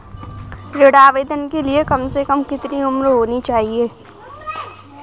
ऋण आवेदन के लिए कम से कम कितनी उम्र होनी चाहिए?